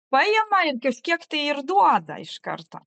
paėma ir kažkiek tai ir duoda iš karto